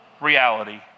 reality